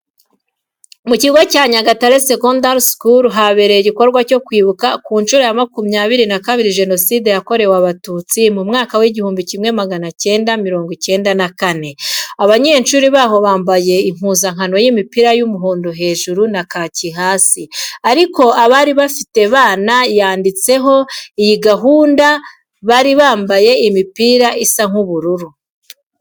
Mu kigo cya Nyagatare Secondary School habereye igikorwa cyo Kwibuka ku nshuro ya makumyabiri na kabiri Jenoside Yakorewe Abatutsi mu mwaka w'igihumbi kimwe magana icyenda mirongo icyenda na kane. Abanyeshuri baho bambara impuzankano y'imipira y'umuhondo hejuru na kaki hasi, ariko abari bafite bana yanditseho iyi gahunda bari bambaye imipira isa nk'ubururu.